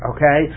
Okay